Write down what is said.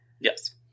Yes